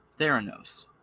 Theranos